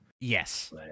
Yes